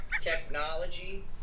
technology